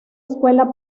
escuela